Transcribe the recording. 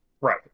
Right